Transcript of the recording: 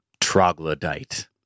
troglodyte